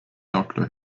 doctor